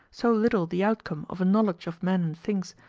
so little the outcome of a knowledge of men and things,